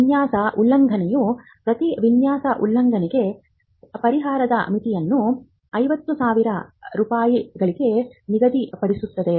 ವಿನ್ಯಾಸ ಉಲ್ಲಂಘನೆಯು ಪ್ರತಿ ವಿನ್ಯಾಸ ಉಲ್ಲಂಘನೆಗೆ ಪರಿಹಾರದ ಮಿತಿಯನ್ನು 50000 ರೂಪಾಯಿಗಳಿಗೆ ನಿಗದಿಪಡಿಸುತ್ತದೆ